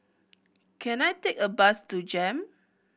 can I take a bus to JEM